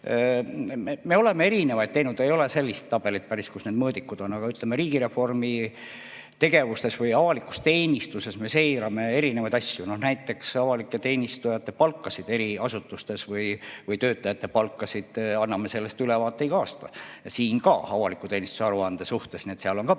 Me oleme erinevaid teinud, ei ole sellist tabelit päris, kus need mõõdikud on, aga, ütleme, riigireformi tegevustes või avalikus teenistuses me seirame erinevaid asju, näiteks avalike teenistujate palka eri asutustes või töötajate palka, ja anname sellest ülevaate igal aasta. Siin ka avaliku teenistuse aruande suhtes, nii et seal on ka päris